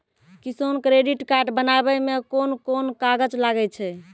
किसान credit card बनाबै मे कोन कोन कागज लागै छै?